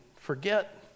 Forget